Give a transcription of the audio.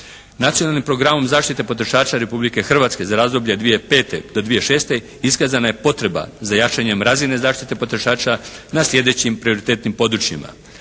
Nacionalnim program zaštite potrošača Republike Hrvatske za razdoblje 2005. do 2006. iskazana je potreba za jačanjem razine zaštite potrošača na sljedećim prioritetnim područjima